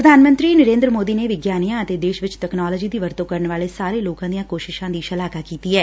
ਪ੍ਰਧਾਨ ਮੰਤਰੀ ਨਰੇਦਰ ਮੋਦੀ ਨੇ ਵਿਗਿਆਨੀਆਂ ਅਤੇ ਦੇਸ਼ ਵਿਚ ਤਕਨਾਲੋਜੀ ਦੀ ਵਰਤੋ ਕਰਨ ਵਾਲੇ ਸਾਰੇ ਲੋਕਾਂ ਦੀਆਂ ਕੋਸ਼ਿਸ਼ਾਂ ਦੀ ਸ਼ਲਾਘਾ ਕੀਤੀ ਐ